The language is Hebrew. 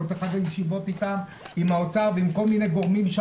אחת הישיבות עם האוצר ועם עוד גורמים,